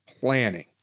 planning